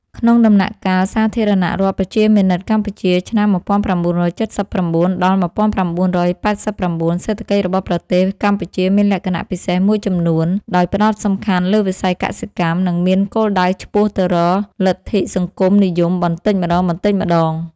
ក្នុងដំណាក់កាលសាធារណរដ្ឋប្រជាមានិតកម្ពុជា (ឆ្នាំ១៩៧៩-១៩៨៩) សេដ្ឋកិច្ចរបស់ប្រទេសកម្ពុជាមានលក្ខណៈពិសេសមួយចំនួន ដោយផ្តោតសំខាន់លើវិស័យកសិកម្ម និងមានគោលដៅឆ្ពោះទៅរកលទ្ធិសង្គមនិយមបន្តិចម្តងៗ។